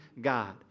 God